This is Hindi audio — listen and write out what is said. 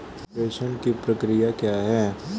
प्रेषण की प्रक्रिया क्या है?